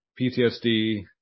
PTSD